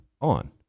on